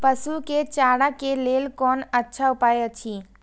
पशु के चारा के लेल कोन अच्छा उपाय अछि?